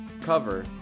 cover